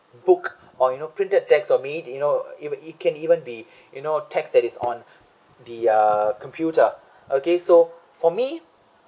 book or you know printed text or made you know it it can even be you know text that is on the uh computer okay so for me